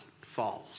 falls